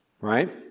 right